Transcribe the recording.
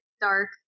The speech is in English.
dark